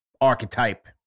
archetype